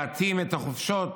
להתאים את החופשות